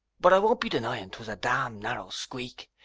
but i won't be denying twas a damn narrow squeak.